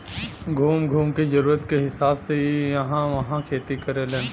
घूम घूम के जरूरत के हिसाब से इ इहां उहाँ खेती करेलन